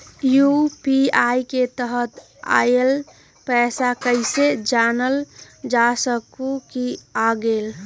UPI के तहत आइल पैसा कईसे जानल जा सकहु की आ गेल?